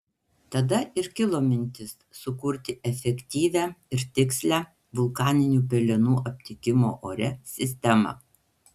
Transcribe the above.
tada ir kilo mintis sukurti efektyvią ir tikslią vulkaninių pelenų aptikimo ore sistemą